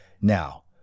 Now